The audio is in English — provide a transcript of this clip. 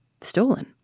stolen